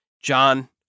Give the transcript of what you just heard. John